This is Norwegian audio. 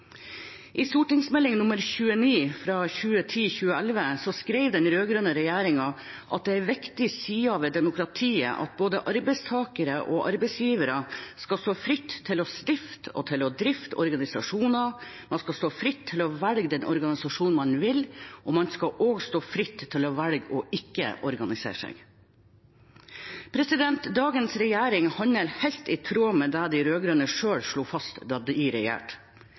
I Meld. St. 29 for 2010–2011 skrev den rød-grønne regjeringen at det er en viktig side ved demokratiet at både arbeidstakere og arbeidsgivere skal stå fritt til å stifte og til å drifte organisasjoner. Man skal stå fritt til å velge den organisasjonen man vil, og man skal også stå fritt til å velge ikke å organisere seg. Dagens regjering handler helt i tråd med det de rød-grønne selv slo fast da de regjerte. I